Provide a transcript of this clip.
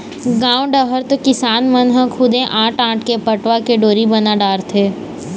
गाँव डहर तो किसान मन ह खुदे आंट आंट के पटवा के डोरी बना डारथे